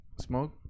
smoke